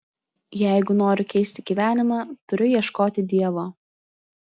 jeigu noriu keisti gyvenimą turiu ieškoti dievo